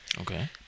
Okay